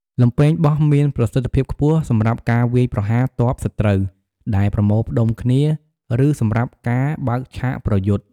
លំពែងបោះមានប្រសិទ្ធភាពខ្ពស់សម្រាប់ការវាយប្រហារទ័ពសត្រូវដែលប្រមូលផ្តុំគ្នា ឬសម្រាប់ការបើកឆាកប្រយុទ្ធ។